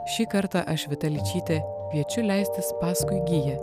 šį kartą aš vita ličytė kviečiu leistis paskui giją